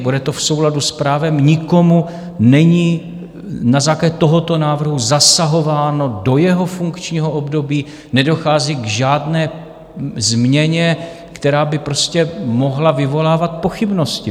Bude to v souladu s právem, nikomu není na základě tohoto návrhu zasahováno do jeho funkčního období, nedochází k žádné změně, která by mohla vyvolávat pochybnosti.